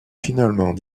finalement